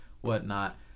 whatnot